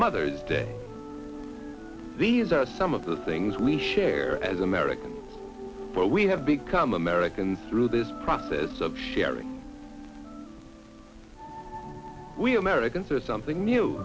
mother's day these are some of the things we share as americans but we have become americans through this process of sharing we americans are something new